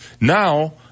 now